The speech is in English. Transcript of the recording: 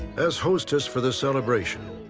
as hostess for the celebration,